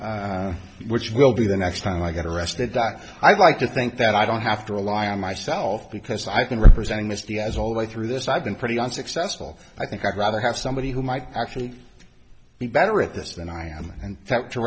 arrested which will be the next time i get arrested that i'd like to think that i don't have to rely on myself because i can representing mr the eyes all the way through this i've been pretty unsuccessful i think i'd rather have somebody who might actually be better at this than i am and that to